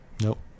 Nope